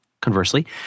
conversely